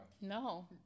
No